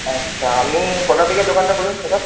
আচ্ছা আপনি কটা থেকে দোকানটা খোলেন সকাল